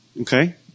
Okay